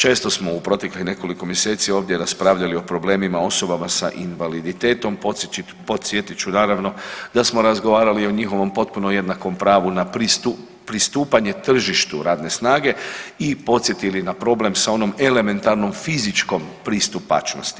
Često smo u proteklih nekoliko mjeseci ovdje raspravljali o problemima osoba sa invaliditetom, podsjetit ću naravno da smo razgovarali i o njihovom potpuno jednakom pravu na pristupanje tržištu radne snage i podsjetili na problem sa onom elementarnom fizičkom pristupačnosti.